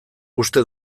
uste